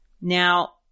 Now